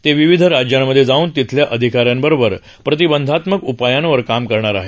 ते विविध राज्यांमध्ये जाऊन तिथल्या अधिकाऱ्यांबरोबर प्रतिबंधात्मक उपायांवर काम करणार आहेत